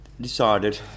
decided